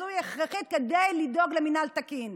הזאת היא הכרחית כדי לדאוג למינהל תקין.